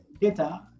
data